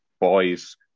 boys